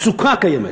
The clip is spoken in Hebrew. המצוקה הקיימת,